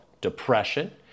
depression